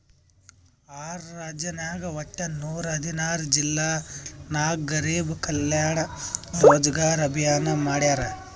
R ರಾಜ್ಯನಾಗ್ ವಟ್ಟ ನೂರಾ ಹದಿನಾರ್ ಜಿಲ್ಲಾ ನಾಗ್ ಗರಿಬ್ ಕಲ್ಯಾಣ ರೋಜಗಾರ್ ಅಭಿಯಾನ್ ಮಾಡ್ಯಾರ್